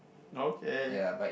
okay